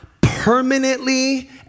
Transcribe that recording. Permanently